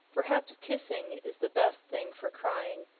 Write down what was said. perhaps kissing is the best thing for crying,